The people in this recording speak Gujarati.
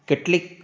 કેટલીક